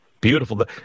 Beautiful